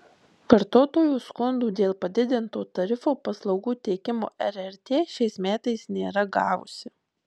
vartotojų skundų dėl padidinto tarifo paslaugų teikimo rrt šiais metais nėra gavusi